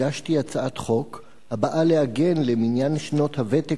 הגשתי הצעת חוק הבאה לעגן במניין שנות הוותק